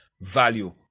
value